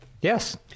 yes